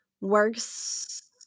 works